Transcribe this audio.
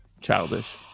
childish